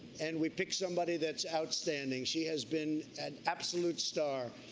and we picked somebody that's outstanding. she has been an absolute star.